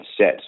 set